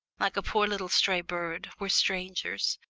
like a poor little stray bird, were strangers.